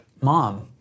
mom